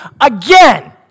again